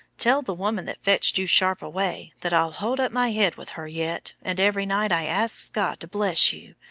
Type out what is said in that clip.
tell the woman that fetched you sharp away that i'll hold up my head with her yet, and every night i asks god to bless you,